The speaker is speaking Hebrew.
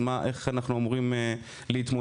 איך אנחנו אמורים להתמודד?